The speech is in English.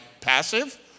passive